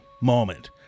moment